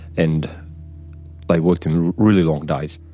and they work them really long days.